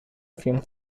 film